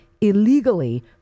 illegally